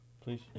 please